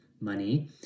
money